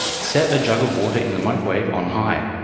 set a jug of water in the microwave on high.